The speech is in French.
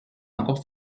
encore